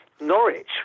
Norwich